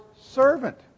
servant